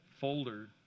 folder